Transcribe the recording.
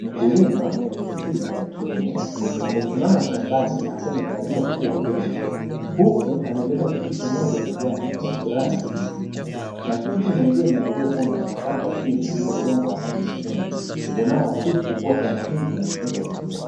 Mkulima wa jinsia ya kiume amesimama shambani akiwa amevalia nguo ya bluu, huku amebeba tikiti moja begani kwa furaha na kuridhika. Matikiti mengine yaliyovunwa ameyapanga chini, juu ya udongo wa rangi nyekundu unaoakisi kuwa shamba hili limetunzwa vizuri.